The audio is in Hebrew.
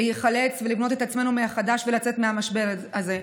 להיחלץ, לבנות את עצמנו מחדש ולצאת מהמשבר הזה.